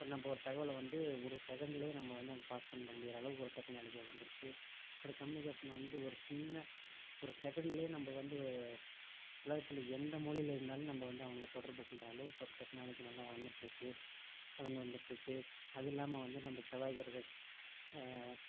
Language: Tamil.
இப்போ நம்ம ஒரு தகவலை வந்து ஒரு செகண்ட்லேயே நம்ம வந்து அங்கே பாஸ் பண்ணுற முடிகிற அளவுக்கு ஒரு டெக்னாலஜி வளந்திருக்கு ஒரு கம்யூனிகேஷன் வந்து ஒரு சின்ன ஒரு செகண்ட்லேயே நம்ம வந்து உலகத்தில் எந்த மூலையில் இருந்தாலும் நம்ம வந்து அவங்கள தொடர்பு கொள்கிற அளவுக்கு ஒரு டெக்னாலஜி நல்லா வளந்துகிட்ருக்கு வளர்ந்து வந்துகிட்டு இருக்கு அது இல்லாமல் வந்து நம்ம செவ்வாய் கிரகம்